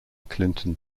clinton